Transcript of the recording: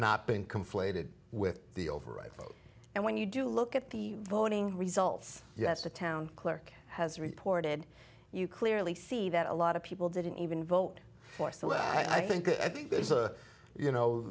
not been conflated with the override vote and when you do look at the voting zulfi yes the town clerk has reported you clearly see that a lot of people didn't even vote for so i think i think there's a you know